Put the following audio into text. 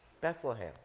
Bethlehem